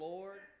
Lord